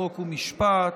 חוק ומשפט